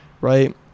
right